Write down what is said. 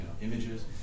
images